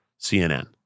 CNN